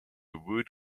wood